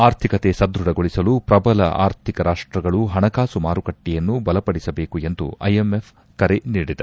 ಆರ್ಥಿಕತೆ ಸದ್ಯಢಗೊಳಿಸಲು ಪ್ರಬಲ ಆರ್ಥಿಕ ರಾಷ್ಷಗಳು ಹಣಕಾಸು ಮಾರುಕಟ್ಲೆಯನ್ನು ಬಲಪಡಿಸಬೇಕು ಎಂದು ಐಎಂಎಫ್ ಕರೆ ನೀಡಿದೆ